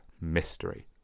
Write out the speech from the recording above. mystery